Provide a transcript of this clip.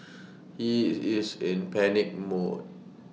he is in panic mode